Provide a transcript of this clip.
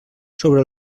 sobre